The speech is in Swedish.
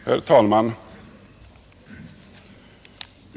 Herr talman!